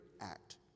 act